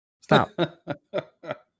Stop